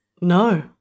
no